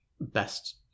best